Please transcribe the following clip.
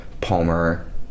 Palmer